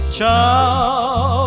Ciao